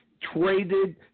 traded